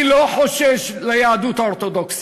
אני לא חושש ליהדות האורתודוקסית.